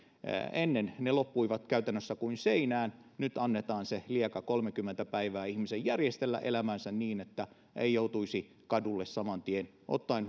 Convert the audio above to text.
ennen ne loppuivat käytännössä kuin seinään nyt annetaan se lieka kolmekymmentä päivää ihmisen järjestellä elämänsä niin että ei joutuisi kadulle saman tien ottaen